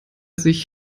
sich